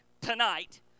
tonight